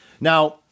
Now